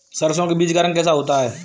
सरसों के बीज का रंग कैसा होता है?